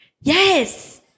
Yes